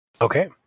Okay